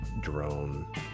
drone